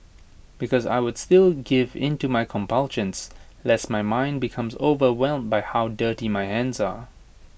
because I would still give in to my compulsions lest my mind becomes overwhelmed by how dirty my hands are